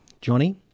Johnny